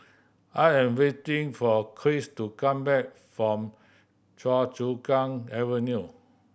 I am waiting for Kris to come back from Choa Chu Kang Avenue